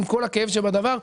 עם כל הכאב שבדבר,